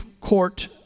Court